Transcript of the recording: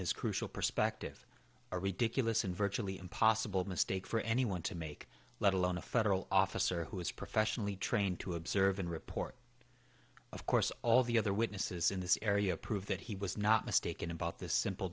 his crucial perspective a ridiculous and virtually impossible mistake for anyone to make let alone a federal officer who is professionally trained to observe and report of course all the other witnesses in this area prove that he was not mistaken about this simple